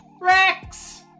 Rex